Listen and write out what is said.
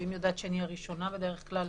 אלוהים יודע שאני הראשונה בדרך כלל